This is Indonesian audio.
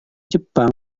jepang